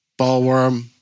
Ballworm